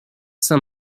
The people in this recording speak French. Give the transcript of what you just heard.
saint